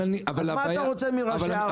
אז מה אתה רוצה מראשי ערים?